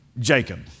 Jacob